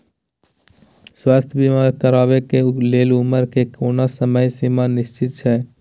स्वास्थ्य बीमा करेवाक के लेल उमर के कोनो समय सीमा निश्चित छै?